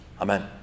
Amen